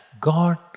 God